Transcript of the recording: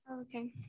Okay